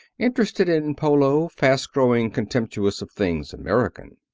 interested in polo, fast growing contemptuous of things american.